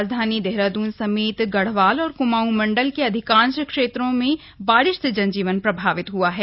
राजधानी देहरादून समेत गढ़वाल और क्माऊं मंडल के अधिकांश क्षेत्रों में बारिश से जनजीवन प्रभावित हुआ है